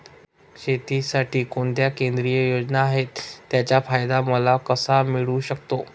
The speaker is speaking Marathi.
शेतीसाठी कोणत्या केंद्रिय योजना आहेत, त्याचा फायदा मला कसा मिळू शकतो?